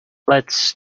let’s